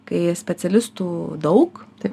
kai specialistų daug tai